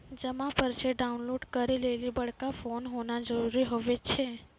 जमा पर्ची डाउनलोड करे लेली बड़का फोन होना जरूरी हुवै छै